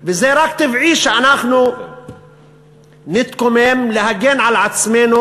וזה רק טבעי שאנחנו נתקומם להגן על עצמנו,